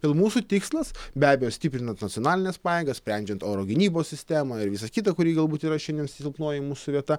ir mūsų tikslas be abejo stiprinant nacionalines pajėgas sprendžiant oro gynybos sistemą ir visa kita kuri yra galbūt šiandien silpnoji mūsų vieta